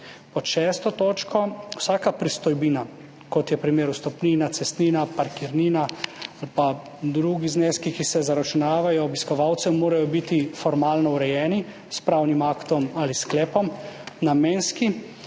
Pod šesto točko. Vsaka pristojbina, kot so na primer vstopnina, cestnina, parkirnina ali drugi zneski, ki se zaračunavajo obiskovalcem, mora biti formalno urejena s pravnim aktom ali s sklepom, namenska,